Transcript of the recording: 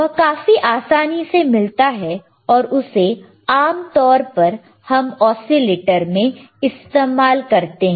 वह काफी आसानी से मिलता है और उसे आमतौर पर हम औसीलेटर में इस्तेमाल करते हैं